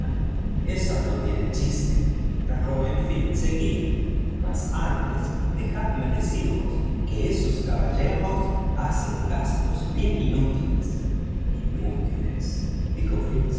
eso no tiene chiste pero en fin seguid mas antes dejadme deciros que esos caballeros hacen gastos bien inútiles inútiles dijo